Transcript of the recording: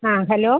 ആ ഹലോ